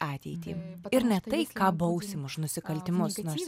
ateitį ir ne tai ką bausim už nusikaltimus nors